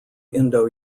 indo